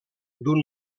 d’un